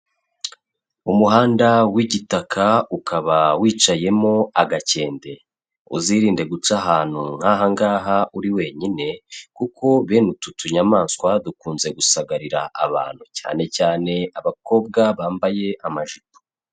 Umuhanda w'igitaka ukaba wicayemo agakende. Uzirinde guca ahantu nk'aha ngaha uri wenyine, kuko bene utu tunyamaswa dukunze gusagarira abantu, cyane cyane abakobwa bambaye amajipo.